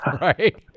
right